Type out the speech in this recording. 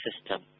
system